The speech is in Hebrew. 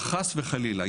חס וחלילה,